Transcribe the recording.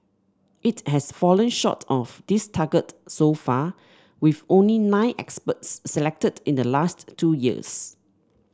it has fallen short of this target so far with only nine experts selected in the last two years